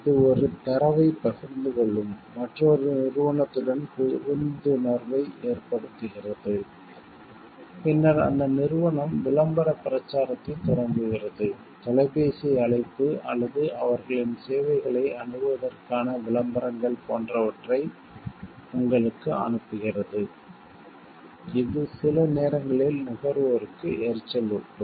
இது ஒரு தரவைப் பகிர்ந்து கொள்ளும் மற்றொரு நிறுவனத்துடன் புரிந்துணர்வை ஏற்படுத்துகிறது பின்னர் அந்த நிறுவனம் விளம்பரப் பிரச்சாரத்தைத் தொடங்குகிறது தொலைபேசி அழைப்பு அல்லது அவர்களின் சேவைகளை அணுகுவதற்கான விளம்பரங்கள் போன்றவற்றை உங்களுக்கு அனுப்புகிறது இது சில நேரங்களில் நுகர்வோருக்கு எரிச்சலூட்டும்